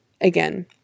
again